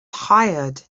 tired